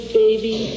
baby